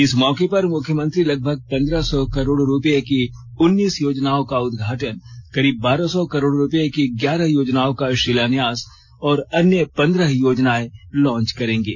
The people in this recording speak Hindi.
इस मौके पर मुख्यमंत्री लगभग पंद्रह सौ करोड़ रूपये की उनीस योजनाओं का उदघाटन करीब बारह सौ करोड़ रूपये की ग्यारह योजनाओं का शिलान्यास और अन्य पंद्रह योजनाएं लांच करेंगे